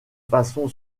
façon